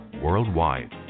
worldwide